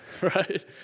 right